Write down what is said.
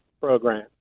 program